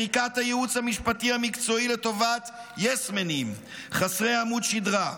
מחיקת הייעוץ המשפטי המקצועי לטובת יס-מנים חסרי עמוד שדרה,